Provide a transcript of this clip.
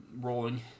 rolling